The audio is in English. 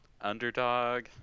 Underdog